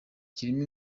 kirimo